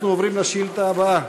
אנחנו עוברים לשאילתה הבאה.